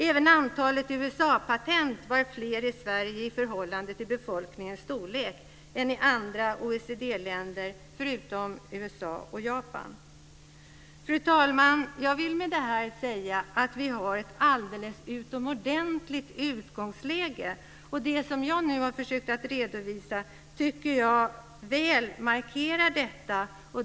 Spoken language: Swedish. Även antalet USA-patent var större i Sverige i förhållande till befolkningens storlek än i andra OECD-länder förutom USA och Japan. Fru talman! Jag vill med detta säga att vi har ett alldeles utomordentligt utgångsläge. Det som jag nu har försökt redovisa tycker jag markerar detta väl.